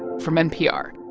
from npr.